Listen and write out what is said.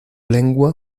lengua